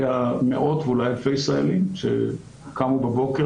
ומאות ואולי אלפי ישראלים שקמו בבוקר